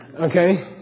okay